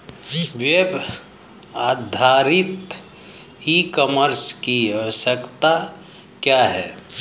Web आधारित e commerce की आवश्यकता क्या है?